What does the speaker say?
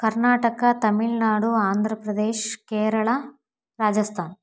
Karnataka Tamil Nadu Andhra Pradesh Kerala Rajasthan